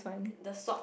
the sock